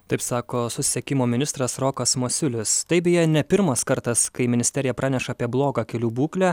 taip sako susisiekimo ministras rokas masiulis tai beje ne pirmas kartas kai ministerija praneša apie blogą kelių būklę